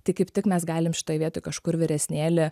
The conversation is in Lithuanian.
tai kaip tik mes galim šitoj vietoj kažkur vyresnėlį